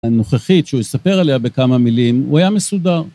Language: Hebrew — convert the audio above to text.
הנוכחית שהוא יספר עליה בכמה מילים הוא היה מסודר.